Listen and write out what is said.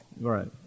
Right